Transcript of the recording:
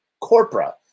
corpora